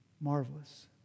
Marvelous